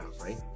right